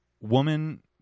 woman